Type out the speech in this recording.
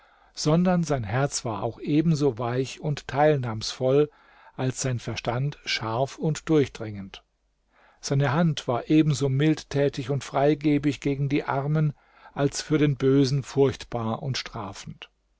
sondern sein herz war auch ebenso weich und teilnahmsvoll als sein verstand scharf und durchdringend seine hand war ebenso mildtätig und freigebig gegen die armen als für den bösen furchtbar und strafend